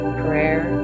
prayer